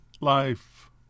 life